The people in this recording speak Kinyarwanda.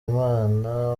imana